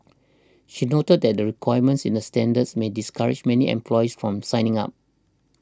she noted that the requirements in the standards may discourage many employers from signing up